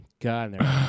God